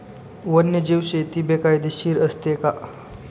वन्यजीव शेती बेकायदेशीर असते का?